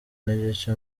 n’igice